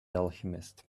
alchemist